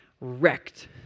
wrecked